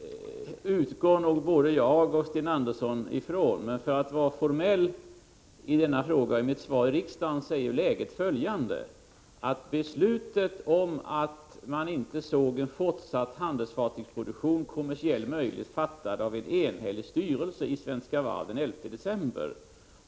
Fru talman! Ja, det utgår nog både jag och Sten Andersson ifrån. För att vara formell i mitt svar på denna fråga i riksdagen måste jag säga att läget är följande. Beslutet om att man inte såg en fortsatt handelsfartygsproduktion som kommersiellt möjlig fattades av en enig styrelse i Svenska Varv den 11 december.